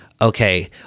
Okay